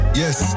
yes